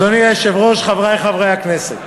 אדוני היושב-ראש, חברי חברי הכנסת,